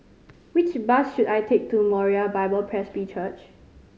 which bus should I take to Moriah Bible Presby Church